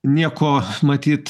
nieko matyt